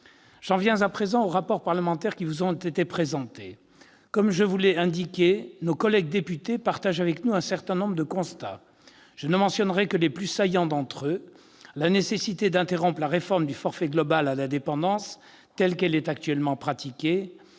J'en viens à présent aux rapports parlementaires qui vous ont été présentés. Comme je vous l'ai indiqué, nos collègues députés partagent avec nous un certain nombre de constats. Je ne mentionnerai que les plus saillants d'entre eux : la nécessité d'interrompre la réforme du forfait global à la dépendance telle qu'elle est actuellement pratiquée